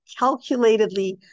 calculatedly